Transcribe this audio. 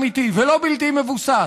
אמיתי ולא בלתי מבוסס,